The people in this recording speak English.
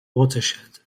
watershed